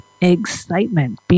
excitement